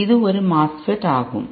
எனவே இது ஒரு MOSFET ஆகும்